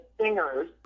singers